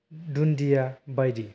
दुन्दिया बायदि